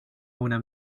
una